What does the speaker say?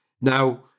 Now